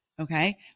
Okay